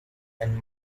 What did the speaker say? and